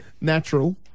natural